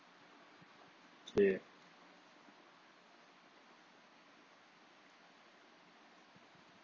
okay